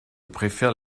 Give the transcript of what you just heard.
préfère